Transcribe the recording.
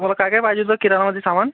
तुम्हाला काय काय पाहिजे होतं किराणामध्ये सामान